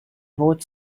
both